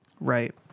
Right